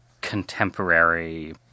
contemporary